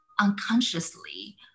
unconsciously